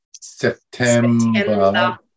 September